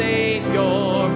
Savior